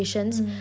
mm